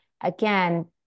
again